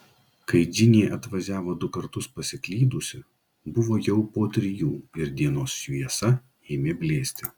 kai džinė atvažiavo du kartus pasiklydusi buvo jau po trijų ir dienos šviesa ėmė blėsti